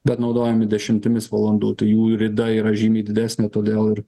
bet naudojami dešimtimis valandų tai jų rida yra žymiai didesnė todėl ir